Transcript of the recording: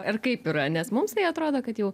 ar kaip yra nes mums tai atrodo kad jau